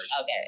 okay